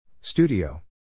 Studio